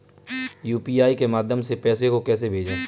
UPI के माध्यम से पैसे को कैसे भेजें?